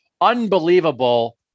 unbelievable